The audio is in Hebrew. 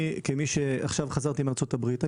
עכשיו חזרתי מארצות הברית,